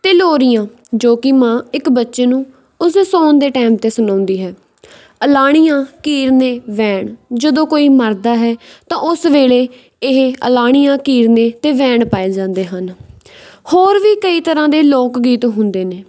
ਅਤੇ ਲੋਰੀਆਂ ਜੋ ਕਿ ਮਾਂ ਇੱਕ ਬੱਚੇ ਨੂੰ ਉਸਦੇ ਸੌਣ ਦੇ ਟੈਮ 'ਤੇ ਸੁਣਾਉਂਦੀ ਹੈ ਅਲਾਹਣੀਆਂ ਕੀਰਨੇ ਵੈਣ ਜਦੋਂ ਕੋਈ ਮਰਦਾ ਹੈ ਤਾਂ ਉਸ ਵੇਲੇ ਇਹ ਅਲਾਹਣੀਆਂ ਕੀਰਨੇ ਅਤੇ ਵੈਣ ਪਾਏ ਜਾਂਦੇ ਹਨ ਹੋਰ ਵੀ ਕਈ ਤਰ੍ਹਾਂ ਦੇ ਲੋਕ ਗੀਤ ਹੁੰਦੇ ਨੇ